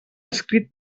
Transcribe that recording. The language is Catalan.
escrit